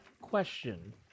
Question